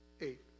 Eight